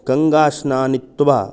गङ्गायां स्नात्वा